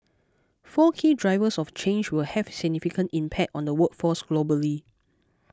four key drivers of change will have significant impact on the workforce globally